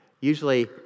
usually